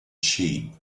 sheep